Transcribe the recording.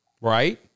right